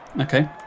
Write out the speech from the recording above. Okay